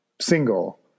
single